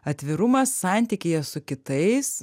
atvirumą santykyje su kitais